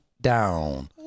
down